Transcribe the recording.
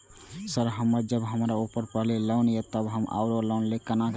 जब हमरा ऊपर पहले से लोन ये तब हम आरो लोन केना लैब?